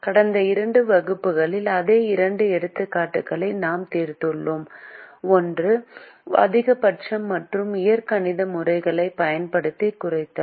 கடந்த இரண்டு வகுப்புகளில் அதே இரண்டு எடுத்துக்காட்டுகளை நாம் தீர்த்துள்ளோம் ஒன்று அதிகபட்சம் மற்றும் இயற்கணித முறையைப் பயன்படுத்தி குறைத்தல்